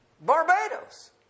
Barbados